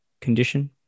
condition